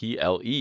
PLE